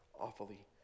awfully